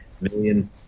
million